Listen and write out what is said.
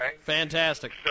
Fantastic